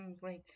Great